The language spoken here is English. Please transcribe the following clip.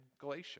Galatia